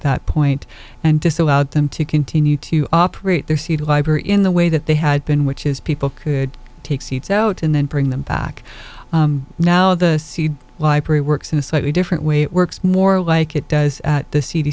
that point and disallowed them to continue to operate their seed fiber in the way that they had been which is people could take seeds out and then bring them back now the seed library works in a slightly different way it works more like it does the c